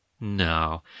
no